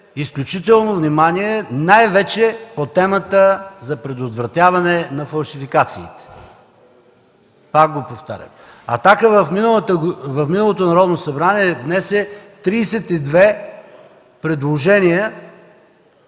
изключително внимание най-вече по темата за предотвратяване на фалшификациите. Пак го повтарям. „Атака” в миналото Народно събрание внесе 32 предложения,